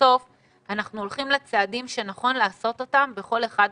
שבסוף אנחנו הולכים לצעדים שנכון לעשות בכל אחד המשלבים.